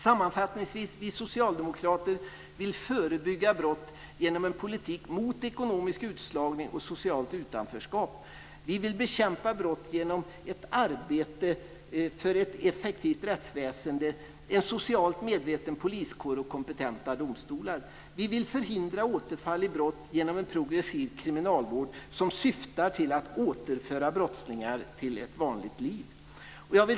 Sammanfattningsvis vill jag säga att vi socialdemokrater vill förebygga brott genom en politik mot ekonomisk utslagning och socialt utanförskap. Vi vill bekämpa brott genom ett arbete för ett effektivt rättsväsende, en socialt medveten poliskår och kompetenta domstolar. Vi vill förhindra återfall i brott genom en progressiv kriminalvård som syftar till att återföra brottslingar till ett vanligt liv.